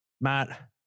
Matt